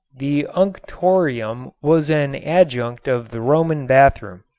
the unctorium was an adjunct of the roman bathroom.